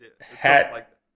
hat